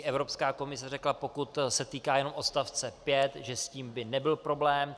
Evropská komise řekla, pokud se týká jenom odst. 5, že s tím by nebyl problém.